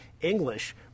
English